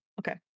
Okay